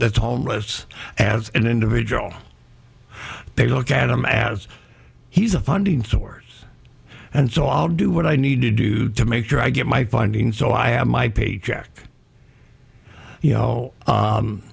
that's homeless as an individual they look at him as he's a funding stores and so i'll do what i need to do to make sure i get my funding so i have my paycheck you